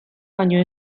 baino